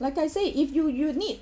like I said if you you need